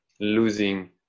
losing